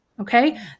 Okay